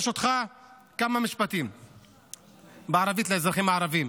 ברשותך כמה משפטים בערבית לאזרחים הערבים.